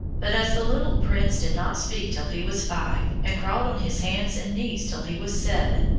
but as the little prince did not speak till he was five, and crawled on his hands and knees till he was seven,